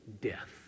death